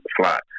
fly